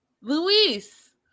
Luis